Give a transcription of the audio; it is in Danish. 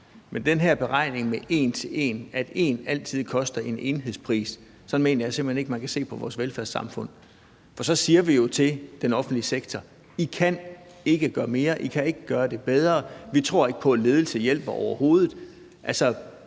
til den her beregning med en til en, altså at én altid koster en enhedspris, vil jeg sige, at jeg simpelt hen ikke mener, at man kan se sådan på det i vores velfærdssamfund. For så siger vi jo til den offentlige sektor: I kan ikke gøre mere; I kan ikke gøre det bedre; vi tror ikke på, at ledelse hjælper overhovedet. Altså,